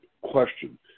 question